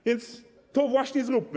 A więc to właśnie zróbmy.